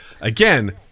Again